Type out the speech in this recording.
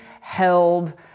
held